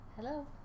Hello